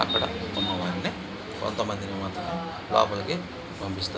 అక్కడ ఉన్న వారిని కొంత మందిని మాత్రమే లోపలికి పంపిస్తారు